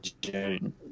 June